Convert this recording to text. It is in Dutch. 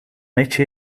nichtje